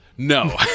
No